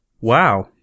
Wow